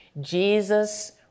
Jesus